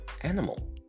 animal